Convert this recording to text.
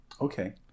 Okay